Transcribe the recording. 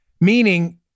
meaning